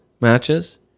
matches